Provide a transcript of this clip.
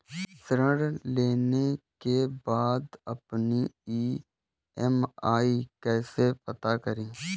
ऋण लेने के बाद अपनी ई.एम.आई कैसे पता करें?